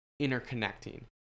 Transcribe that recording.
interconnecting